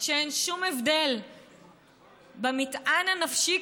שאין שום הבדל במטען הנפשי,